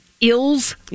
ills